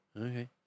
Okay